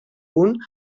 punt